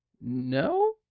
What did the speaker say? No